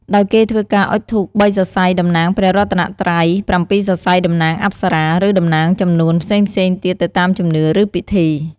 ដោយគេធ្វើការអុជធូប ៣ សរសៃតំណាងព្រះរតនត្រ័យ ៧ សរសៃតំណាងអប្សរា ឬតំណាងចំនួនផ្សេងៗទៀតទៅតាមជំនឿ ឬពិធី។